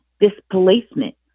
displacement